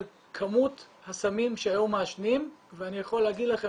על כמות הסמים שהיו מעשנים, ואני יכול להגיד לכם